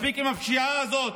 מספיק עם הפשיעה הזאת.